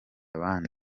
abandi